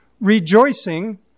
rejoicing